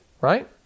right